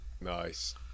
Nice